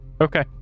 Okay